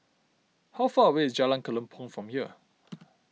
how far away is Jalan Kelempong from here